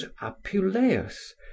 Apuleius